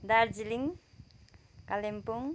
Darjeeling Kalimpong